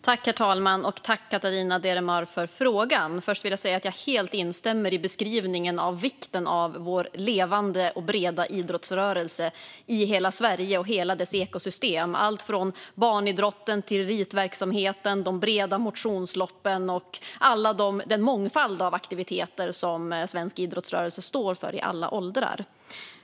Herr talman! Tack, Catarina Deremar, för frågan! Först vill jag säga att jag helt instämmer i beskrivningen av vikten av vår levande och breda idrottsrörelse i hela Sverige och hela dess ekosystem - allt från barnidrotten till elitverksamheten, de breda motionsloppen och den mångfald av aktiviteter som svensk idrottsrörelse står för i alla åldrar.